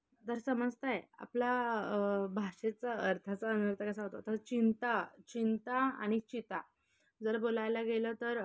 तर समजतं आहे आपल्या भाषेचा अर्थाचा अनर्थ कसा होतो चिंता चिंता आणि चिता जर बोलायला गेलं तर